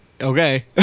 Okay